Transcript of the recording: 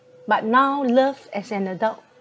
but now love as an adult